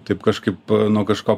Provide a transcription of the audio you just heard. taip kažkaip nuo kažko